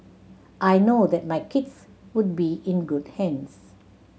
I know that my kids would be in good hands